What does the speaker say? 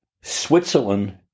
Switzerland